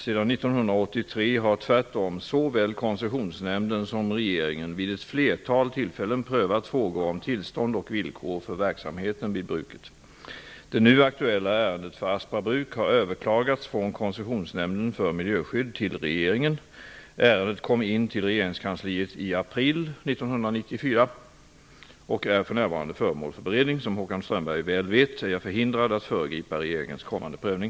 Sedan 1983 har tvärtom såväl Koncessionsnämnden som regeringen vid ett flertal tillfällen prövat frågor om tillstånd och villkor för verksamheten vid bruket. Det nu aktuella ärendet för Aspa Bruk har överklagats från Koncessionsnämnden för miljöskydd till regeringen. Ärendet kom in till regeringskansliet i april 1994 och är för närvarande föremål för beredning. Som Håkan Strömberg väl vet är jag förhindrad att föregripa regeringens kommande prövning.